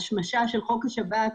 של השמשה של חוק השב"כ,